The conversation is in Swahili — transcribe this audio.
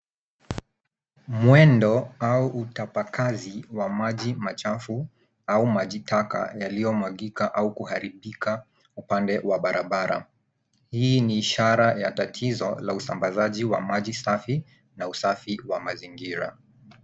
Mwendo au utapakazi wa maji machafu au maji taka yaliyomwagika au kuharibika upande wa barabara. Hii ni ishara ya tatizo la usambazaji wa maji safi na usafi wa mazingira.